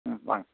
ம் வாங்க